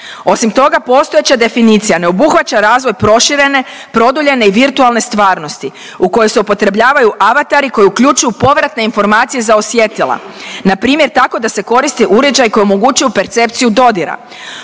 Osim toga postojeća definicija ne obuhvaća razvoj proširene, produljene i virtualne stvarnosti u kojoj se upotrebljavaju avatari koji uključuju povratne informacije za osjetila na primjer tako da se koristi uređaj koji omogućuju percepciju dodira.